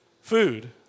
Food